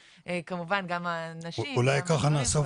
וכמובן גם הנשים והגברים --- אולי ככה נאסוף